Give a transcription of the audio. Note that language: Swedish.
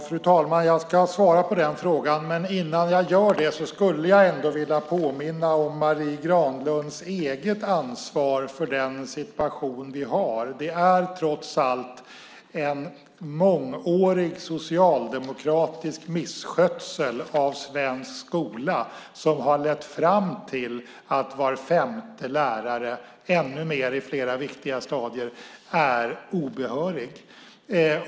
Fru talman! Jag ska svara på den frågan, men innan jag gör det skulle jag ändå vilja påminna om Marie Granlunds eget ansvar för den situation vi har. Det är trots allt en mångårig socialdemokratisk misskötsel av svensk skola som har lett fram till att var femte lärare, ännu mer i flera viktiga stadier, är obehörig.